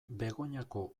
begoñako